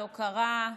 לא קרה.